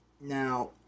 Now